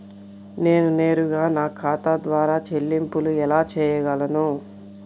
నేను నేరుగా నా ఖాతా ద్వారా చెల్లింపులు ఎలా చేయగలను?